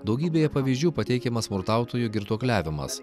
daugybėje pavyzdžių pateikiamas smurtautojų girtuokliavimas